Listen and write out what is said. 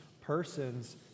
persons